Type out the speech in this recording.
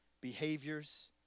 behaviors